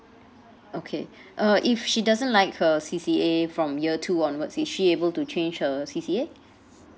okay uh if she doesn't like her C_C_A from year two onwards is she able to change her C_C_A